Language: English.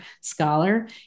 scholar